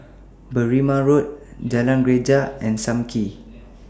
Berrima Road Jalan Greja and SAM Kee